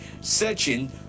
searching